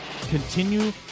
continue